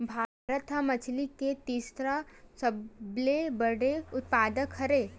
भारत हा मछरी के तीसरा सबले बड़े उत्पादक हरे